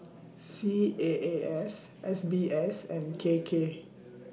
C A A S S B S and K K